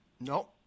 No